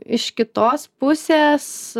iš kitos pusės